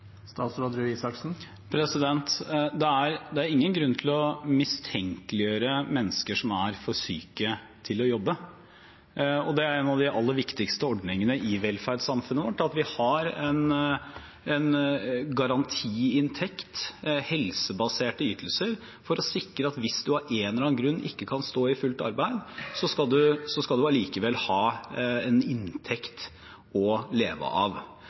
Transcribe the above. Det er ingen grunn til å mistenkeliggjøre mennesker som er for syke til å jobbe. Det er en av de aller viktigste ordningene i velferdssamfunnet vårt, at vi har en garantiinntekt, helsebaserte ytelser, for å sikre at hvis man av en eller annen grunn ikke kan stå i fullt arbeid, så skal man allikevel ha en inntekt å leve av.